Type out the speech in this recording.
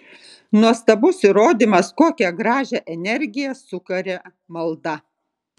nuostabus įrodymas kokią gražią energiją sukuria malda